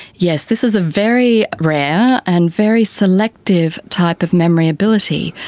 yes, this is a very rare and very selective type of memory ability.